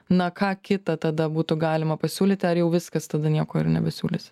na ką kita tada būtų galima pasiūlyti ar jau viskas tada nieko ir nebesiūlysi